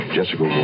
Jessica